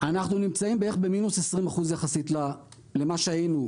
אנחנו נמצאים בערך במינוס 20 יחסית למה שהיינו,